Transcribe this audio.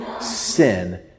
sin